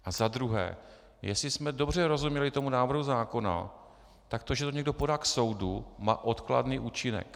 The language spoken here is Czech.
A za druhé, jestli jsme dobře rozuměli tomu návrhu zákona, tak to, že to někdo podá k soudu, má odkladný účinek.